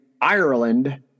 Ireland